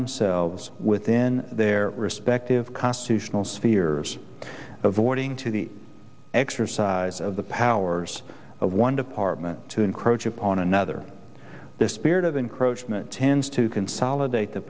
themselves within their respective constitutional spheres avoiding to the exercise of the powers of one department to encroach upon another the spirit of encroachment tends to consolidate the